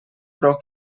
prou